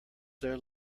their